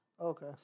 Okay